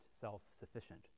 self-sufficient